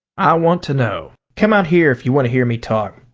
i want to know. come out here if you want to hear me talk.